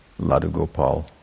Ladugopal